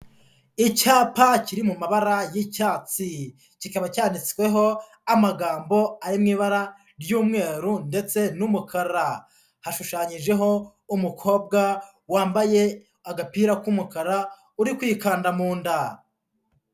Icyapa kiri mu mabara y'icyatsi, kikaba cyanditsweho amagambo ari mu ibara ry'umweru ndetse n'umukara, hashushanyijeho umukobwa wambaye agapira k'umukara uri kwikanda mu nda.